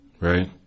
right